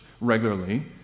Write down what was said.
regularly